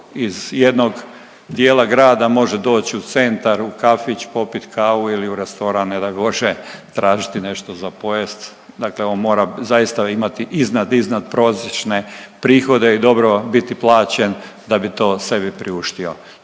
iz jednog dijela grada može doći u centar, u kafić, popit kavu ili u restoran, ne daj Bože, tražiti nešto za pojest, dakle ovo mora zaista ima iznad, iznadprosječne prihode i dobro biti plaćen da bi to sebi priuštio.